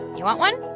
you want one?